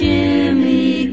Jimmy